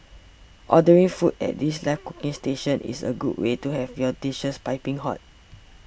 ordering foods at these live cooking stations is a good way to have your dishes piping hot